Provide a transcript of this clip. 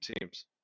teams